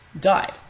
died